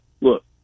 look